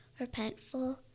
repentful